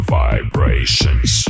vibrations